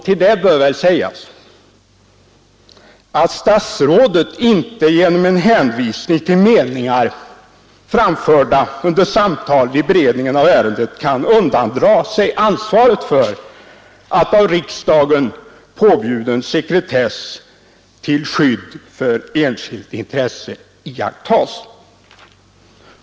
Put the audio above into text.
Till det bör väl sägas att statsrådet inte genom en hänvisning till meningar, framförda under samtal vid beredningen av ärendet, kan undandra sig ansvaret för att av riksdagen påbjuden sekretess till skydd för enskilt intresse iakttas.